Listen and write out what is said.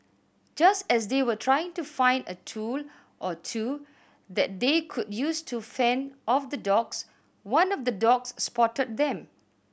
just as they were trying to find a tool or two that they could use to fend off the dogs one of the dogs spotted them